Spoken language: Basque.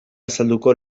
azalduko